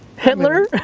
hitler?